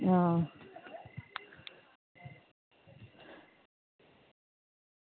आं